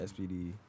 SPD